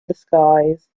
disguise